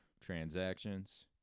transactions